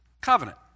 covenant